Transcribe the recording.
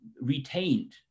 retained